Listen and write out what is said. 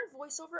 voiceover